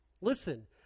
Listen